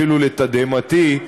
אפילו לתדהמתי,